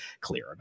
clear